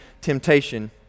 temptation